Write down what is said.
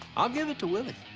i'll give it to willie.